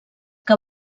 que